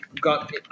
got